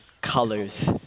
colors